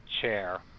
chair